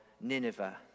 Nineveh